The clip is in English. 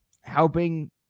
helping